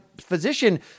physician